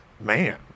man